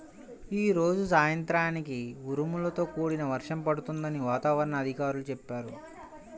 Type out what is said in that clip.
యీ రోజు సాయంత్రానికి ఉరుములతో కూడిన వర్షం పడుతుందని వాతావరణ అధికారులు చెప్పారు